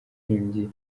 nkingi